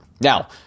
Now